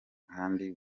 kandi